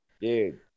dude